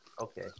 Okay